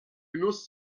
genuss